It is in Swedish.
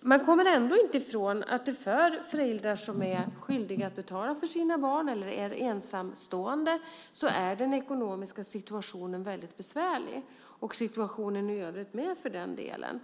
Man kommer ändå inte ifrån att för föräldrar som är skyldiga att betala för sina barn eller som är ensamstående är den ekonomiska situationen väldigt besvärlig, och situationen i övrigt också för den delen.